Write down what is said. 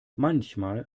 manchmal